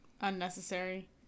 unnecessary